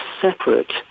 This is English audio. separate